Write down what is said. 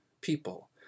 people